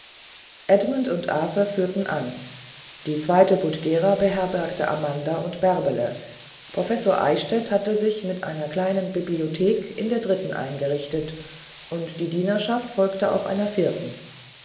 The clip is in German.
edmund und arthur führten an die zweite budgera beherbergte amanda und bärbele professor eichstädt hatte sich mit einer kleinen bibliothek in der dritten eingerichtet und die dienerschaft folgte in einer vierten